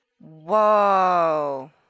Whoa